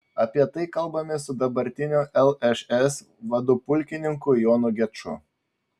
apie tai kalbamės su dabartiniu lšs vadu pulkininku jonu geču